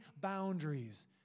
boundaries